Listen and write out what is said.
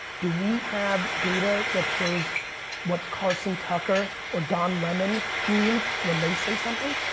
do we have data that shows what carson tucker or don lemon mean when they say something?